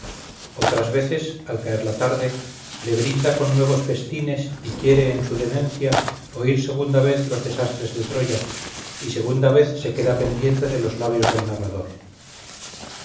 otras veces al caer la tarde le brinda con nuevos festines y quiere en su demencia oír segunda vez los desastres de troya y segunda vez se queda pendiente de los labios del narrador